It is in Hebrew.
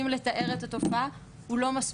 אז המטרה שלנו היא לתת שם,